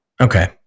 Okay